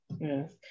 Yes